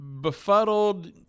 befuddled